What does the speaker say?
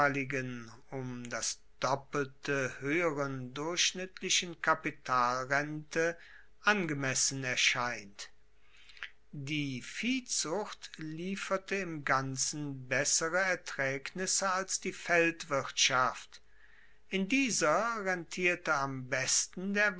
um das doppelte hoeheren durchschnittlichen kapitalrente angemessen erscheint die viehzucht lieferte im ganzen bessere ergebnisse als die feldwirtschaft in dieser rentierte am besten der